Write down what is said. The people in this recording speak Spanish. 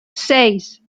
seis